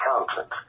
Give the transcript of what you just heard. accountant